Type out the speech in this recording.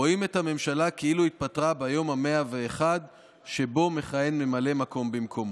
רואים את הממשלה כאילו התפטרה ביום ה-101 שבו מכהן ממלא מקום במקומו".